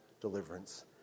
deliverance